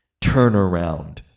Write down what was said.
turnaround